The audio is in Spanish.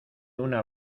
una